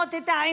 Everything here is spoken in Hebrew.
לשנות את העמדה,